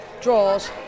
draws